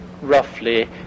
roughly